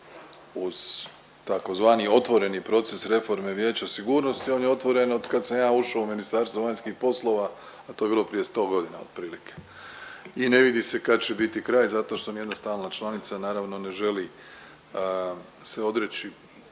uz tzv. otvoreni proces reforme Vijeća sigurnosti. On je otvoren od kad sam ja ušao u Ministarstvo vanjskih poslova, a to je bilo prije sto godina otprilike i ne vidi se kad će biti kraj zato što ni jedna stalna članica naravno ne želi se odreći